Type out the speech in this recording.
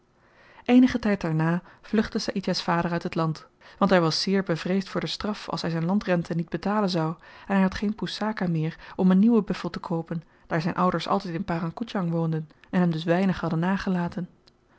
eenigen tyd daarna vluchtte saïdjah's vader uit het land want hy was zeer bevreesd voor de straf als hy zyn landrenten niet betalen zou en hy had geen poesaka meer om een nieuwen buffel te koopen daar zyn ouders altyd in parang koedjang woonden en hem dus weinig hadden nagelaten